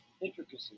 intricacy